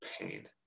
pain